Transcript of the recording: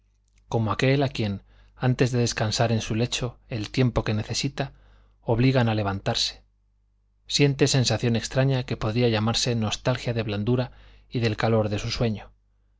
como aquel a quien antes de descansar en su lecho el tiempo que necesita obligan a levantarse siente sensación extraña que podría llamarse nostalgia de blandura y del calor de su sueño